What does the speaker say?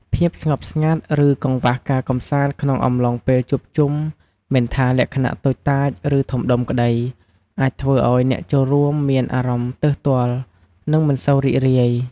ភាពស្ងប់ស្ងាត់ ឬ កង្វះការកម្សាន្តក្នុងអំឡុងពេលជួបជុំមិនថា លក្ខណៈតូចតាច ឬ ធំដុំក្ដី អាចធ្វើឱ្យអ្នកចូលរួមមានអារម្មណ៍ទើសទាល់ និងមិនសូវរីករាយ។